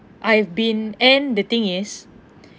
I've been and the thing is